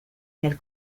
nel